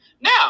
now